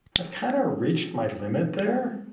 i've kind of reached my limit there.